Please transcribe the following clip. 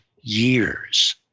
years